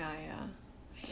ya